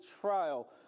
trial